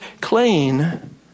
clean